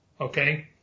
okay